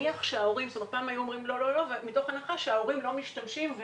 פעם היו אומרים "לא" מתוך הנחה שההורים לא משתמשים,